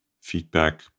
feedback